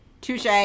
touche